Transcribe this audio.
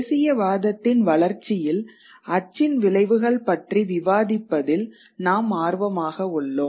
தேசியவாதத்தின் வளர்ச்சியில் அச்சின் விளைவுகள் பற்றி விவாதிப்பதில் நாம் ஆர்வமாக உள்ளோம்